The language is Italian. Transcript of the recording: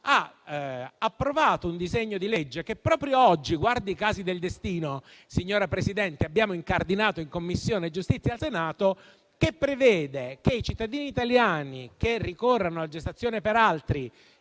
ha approvato un disegno di legge, che proprio oggi - guardi i casi del destino, signora Presidente - abbiamo incardinato in Commissione giustizia al Senato, che prevede che i cittadini italiani che ricorrono alla gestazione per altri